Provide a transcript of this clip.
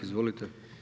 Izvolite.